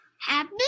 happy